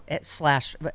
slash